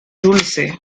dulce